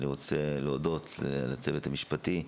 אני רוצה להודות לצוות המשפטי,